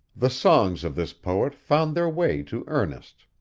the songs of this poet found their way to ernest.